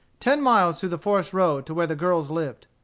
ten miles through the forest road to where the girls lived.